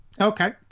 Okay